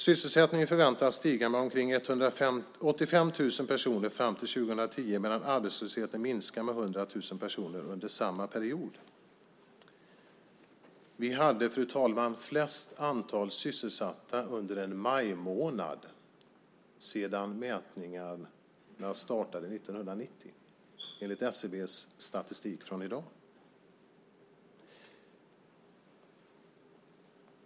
Sysselsättningen förväntas stiga med omkring 185 000 personer fram till 2010 medan arbetslösheten minskar med 100 000 personer under samma period. Vi hade, fru talman, under maj månad flest antal sysselsatta sedan mätningarna startade 1990, enligt SCB:s statistik från i dag.